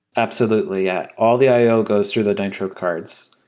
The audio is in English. absolutely, yeah. all the i o goes through the nitro cards.